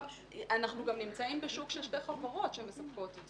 אנחנו גם נמצאים בשוק של שתי חברות שמפקחות.